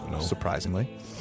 surprisingly